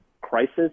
crisis